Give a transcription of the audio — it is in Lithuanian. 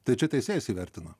tai čia teisėjas įvertina